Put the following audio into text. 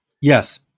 yes